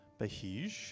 Bahij